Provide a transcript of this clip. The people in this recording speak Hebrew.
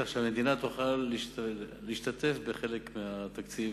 וכך המדינה תוכל להשתתף בחלק מהתקציב,